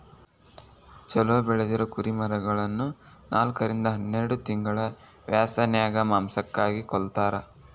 ಚೊಲೋ ಬೆಳದಿರೊ ಕುರಿಮರಿಗಳನ್ನ ನಾಲ್ಕರಿಂದ ಹನ್ನೆರಡ್ ತಿಂಗಳ ವ್ಯಸನ್ಯಾಗ ಮಾಂಸಕ್ಕಾಗಿ ಕೊಲ್ಲತಾರ